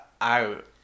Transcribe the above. out